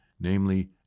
namely